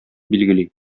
билгели